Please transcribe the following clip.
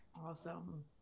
Awesome